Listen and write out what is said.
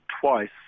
twice